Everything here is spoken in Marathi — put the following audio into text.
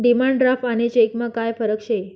डिमांड ड्राफ्ट आणि चेकमा काय फरक शे